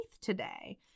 today